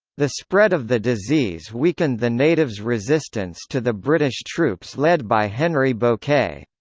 the spread of the disease weakened the natives' resistance to the british troops led by henry bouquet.